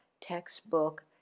textbook